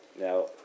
Now